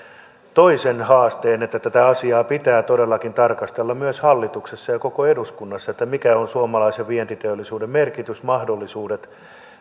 toi sen haasteen että tätä asiaa pitää todellakin tarkastella myös hallituksessa ja koko eduskunnassa mikä on suomalaisen vientiteollisuuden merkitys ja mahdollisuudet